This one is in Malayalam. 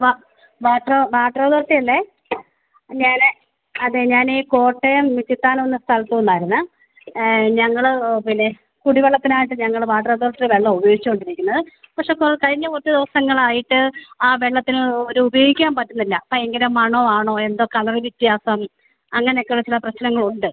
വാട്ടർ വാട്ടർ അതോറിറ്റി അല്ലേ ഞാൻ അതെ ഞാൻ ഈ കോട്ടയം ഇത്തിത്താനം എന്ന സ്ഥലത്തുനിന്നായിരുന്നേ ഞങ്ങൾ പിന്നെ കുടിവെള്ളത്തിനായിട്ട് ഞങ്ങൾ വാട്ടർ അതോറിറ്റി വെള്ളമാ ഉപയോഗിച്ചുകൊണ്ടിരിക്കുന്നത് പക്ഷെ കഴിഞ്ഞ കുറച്ച് ദിവസങ്ങളായിട്ട് ആ വെള്ളത്തിന് ഒരു ഉപയോഗിക്കാൻ പറ്റുന്നില്ല ഭയങ്കര മണം ആണോ എന്തോ കളറ് വ്യത്യാസം അങ്ങനെ ഒക്കെ ചില പ്രശ്നങ്ങളുണ്ട്